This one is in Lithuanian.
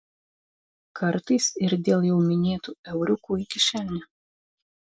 kartais ir dėl jau minėtų euriukų į kišenę